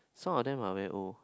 some of them are very old